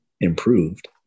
improved